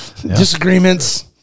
disagreements